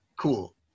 Cool